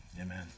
amen